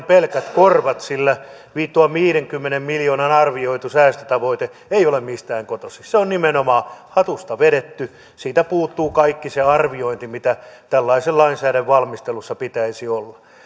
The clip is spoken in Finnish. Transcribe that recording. pelkät korvat sillä tuo viidenkymmenen miljoonan arvioitu säästötavoite ei ole mistään kotoisin se on nimenomaan hatusta vedetty siitä puuttuu kaikki se arviointi mitä tällaisen lainsäädännön valmistelussa pitäisi olla